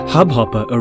Hubhopper